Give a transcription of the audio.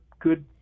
good